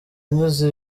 anyuze